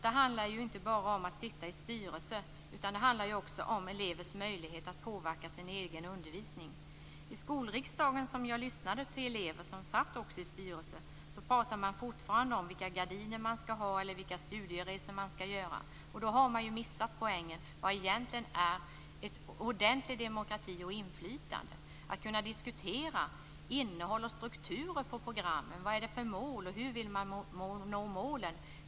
Det handlar inte bara om att sitta i styrelsen. Det handlar också om elevers möjlighet att påverka sin egen undervisning. I skolriksdagen, där jag lyssnade till elever som också satt i styrelser, pratade man fortfarande om vilka gardiner man skulle ha eller vilka studieresor man skulle göra. Då har man missat poängen med vad som är ordentlig demokrati och inflytande, att kunna diskutera innehåll och struktur för programmen. Vilka är målen? Hur vill man nå målen?